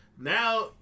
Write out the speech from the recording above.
Now